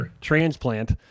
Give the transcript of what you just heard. transplant